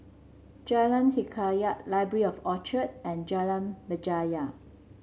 Jalan Hikayat Library at Orchard and Jalan Berjaya